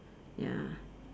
ya